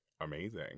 amazing